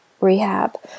rehab